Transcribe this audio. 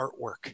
artwork